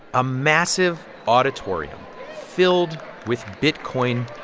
a massive auditorium filled with bitcoin